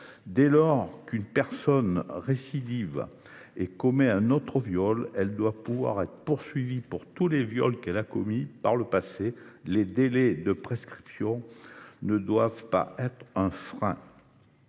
Dès lors qu’une personne récidive et commet un autre viol, elle doit pouvoir être poursuivie pour tous les viols qu’elle a commis par le passé. Les délais de prescription ne doivent pas être un frein.